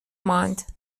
ماند